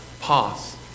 pause